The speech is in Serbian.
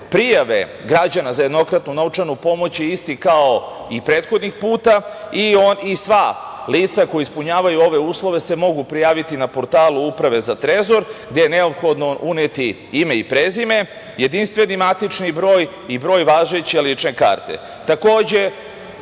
prijave građana za jednokratnu novčanu pomoć je isti kao i prethodnih puta i on i sva lica koja ispunjavaju ove uslove se mogu prijaviti na portalu Uprave za trezor gde je neophodno uneti ime i prezime, jedinstveni matični broj i broj važeće lične karte.